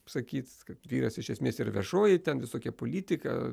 sakyt kad vyras iš esmės ir viešoji ten visokia politika